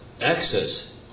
access